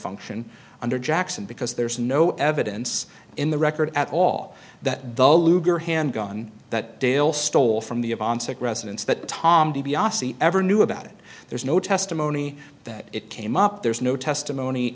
function under jackson because there's no evidence in the record at all that dull luger handgun that dale stole from the of onset residence that tom di biase ever knew about it there's no testimony that it came up there's no testimony